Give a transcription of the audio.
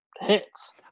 hits